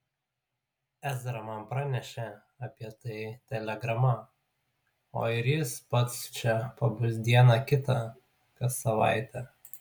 ezra man pranešė apie tai telegrama o ir jis pats čia pabus dieną kitą kas savaitę